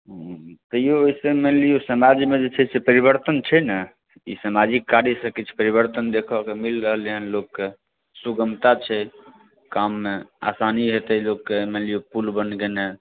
ह्म्म तैयो ओहिसँ मानि लिअ समाजमे जे छै से परिवर्तन छै ने ई सामाजिक कार्यसँ किछु परिवर्तन देखयके मिल रहलै हेँ लोकके सुगमता छै काममे आसानी हेतै लोककेँ मानि लिअ पुल बनि गेने